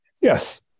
Yes